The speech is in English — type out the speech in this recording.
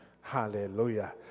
Hallelujah